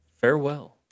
Farewell